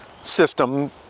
system